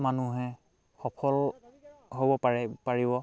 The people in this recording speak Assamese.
মানুহে সফল হ'ব পাৰে পাৰিব